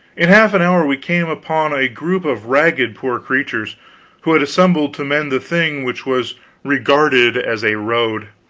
in half an hour we came upon a group of ragged poor creatures who had assembled to mend the thing which was regarded as a road.